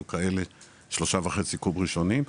3.5 קוב ראשונים,